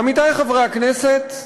עמיתי חברי הכנסת,